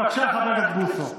בבקשה, חבר הכנסת בוסו.